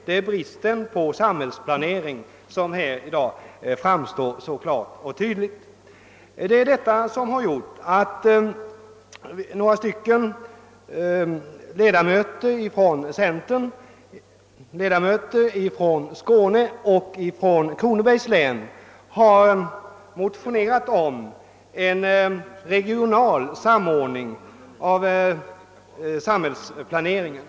Det är bristen på samhällsplanering som i dag framstår så tydlig. Det är också den som gjort att några centerpartistiska riksdagsmän från Skåne och från Kronobergs län har motionerat om en regional samordning av samhällsplaneringen.